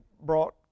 brought